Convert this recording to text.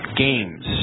Games